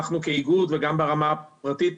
אנחנו כאיגוד וגם ברמה הפרטנית